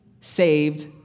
saved